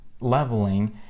leveling